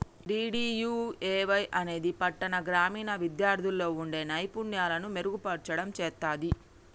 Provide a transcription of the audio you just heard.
DDUAY అనేది పట్టాణ, గ్రామీణ విద్యార్థుల్లో వుండే నైపుణ్యాలను మెరుగుపర్చడం చేత్తది